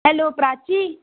hello Prachi